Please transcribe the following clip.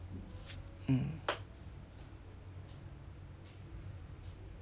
mm